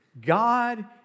God